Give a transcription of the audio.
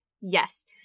yes